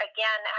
Again